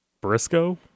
Briscoe